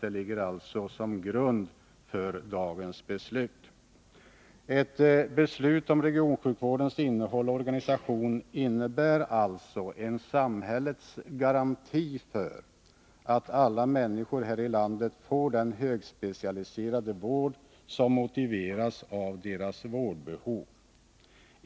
Det ligger alltså till grund för dagens beslut. Ett beslut om regionsjukvårdens innehåll och organisation innebär alltså en samhällets garanti för att alla människor här i landet får den högspecialiserade vård som motiveras av deras vårdbehov.